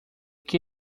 que